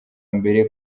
mbere